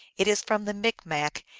it is from the micmac,